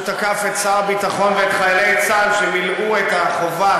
תקף את שר הביטחון ואת חיילי צה"ל שמילאו את החובה